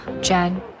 Jen